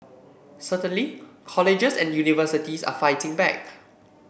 certainly colleges and universities are fighting back